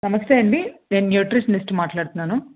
నమస్తే అండి నేను న్యూట్రిషనిస్ట్ మాట్లాడుతున్నాను